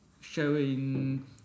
showing